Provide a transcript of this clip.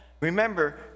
Remember